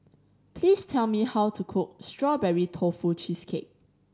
please tell me how to cook Strawberry Tofu Cheesecake